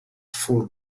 full